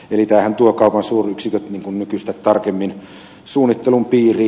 tämähän tuo kaupan suuryksiköt nykyistä tarkemmin suunnittelun piiriin